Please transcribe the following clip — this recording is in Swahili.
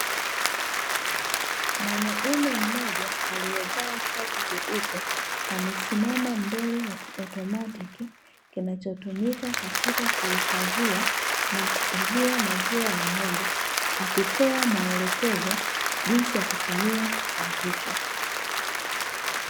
Mwanaume mmoja aliyevaa shati jeupe, amesimama mbele ya kiotomatiki kinachotumika katika kuhifadhia na kuuzia maziwa ya ng'ombe, akitoa maelekezo jinsi ya kutumia kifaa hicho.